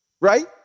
right